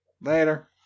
Later